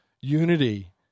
unity